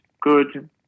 good